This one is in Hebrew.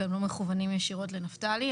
והם לא מכוונים ישירות לנפתלי.